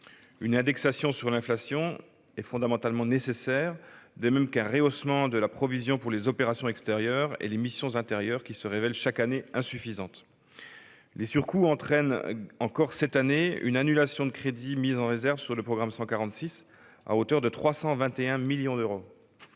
Une indexation sur l'inflation est fondamentalement nécessaire, de même qu'un rehaussement de la provision pour les opérations extérieures et les missions intérieures, qui se révèle chaque année insuffisante. Les surcoûts entraînent, encore cette année, une annulation de crédits mis en réserve sur le programme 146, à hauteur de 321 millions d'euros.